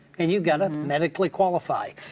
and you've gotta medically qualify.